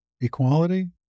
equality